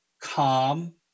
calm